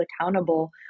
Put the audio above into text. accountable